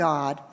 God